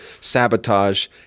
sabotage